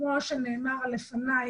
כמו שנאמר קודם לכן,